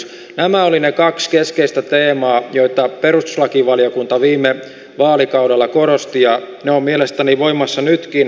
nämä olivat ne kaksi keskeistä teemaa joita perustuslakivaliokunta viime vaalikaudella korosti ja ne ovat mielestäni voimassa nytkin